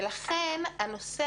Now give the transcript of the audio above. לכן, עולה נושא